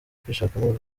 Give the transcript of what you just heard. kwishakamo